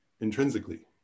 intrinsically